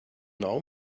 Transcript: know